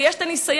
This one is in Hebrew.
תראי.